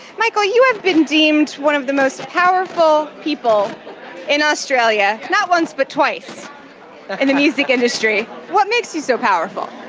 michael you have been deemed one of the most powerful people in australia, not once but twice, in and the music industry. what makes you so powerful?